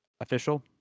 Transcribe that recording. official